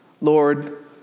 Lord